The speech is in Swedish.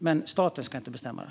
Men staten ska inte bestämma det.